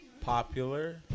Popular